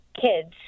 kids